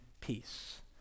peace